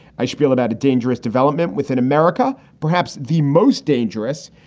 i spiel about a dangerous development within america, perhaps the most dangerous.